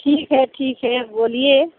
ठीक है ठीक है बोलिए